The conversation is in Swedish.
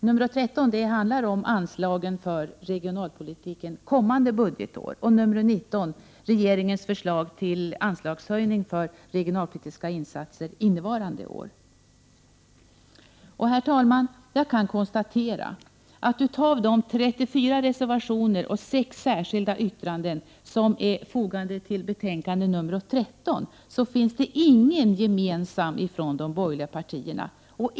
Nr 13 handlar om anslagen för regionalpolitiken kommande budgetår och nr 19 gäller regeringens förslag till anslagshöjning för regionalpolitiska insatser innevarande år. Herr talman! Jag kan konstatera att av de 34 reservationer och sex särskilda yttranden som är fogade till betänkande nr 13 är ingen gemensam från de borgerliga partierna.